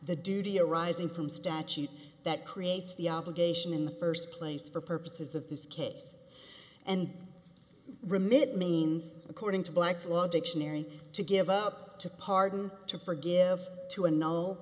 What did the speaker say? the duty arising from statute that creates the obligation in the first place for purposes of this case and remit it means according to black's law dictionary to give up to pardon to forgive to a kno